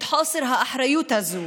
את חוסר האחריות הזה,